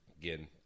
again